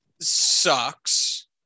sucks